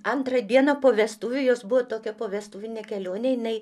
antrą dieną po vestuvių jos buvo tokia povestuvinė kelionė jinai